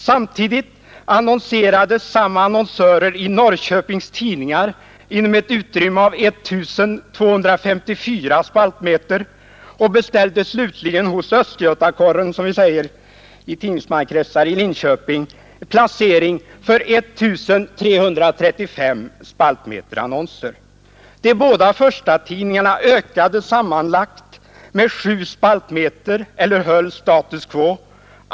Samtidigt annonserade samma annonsörer i Norrköpings Tidningar inom ett utrymme av 1 254 spaltmeter och beställde slutligen hos Östgöta Correspondenten i Linköping placering för 1 335 spaltmeter annonser. De båda förstatidningarna ökade sammanlagt med 7 spaltmeter eller höll status quo.